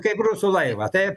kaip rusų laivą taip